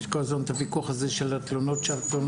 יש כל הזמן את הוויכוח הזה של תלונות שווא.